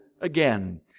again